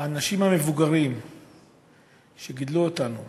האנשים המבוגרים שגידלו אותנו